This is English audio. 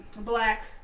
Black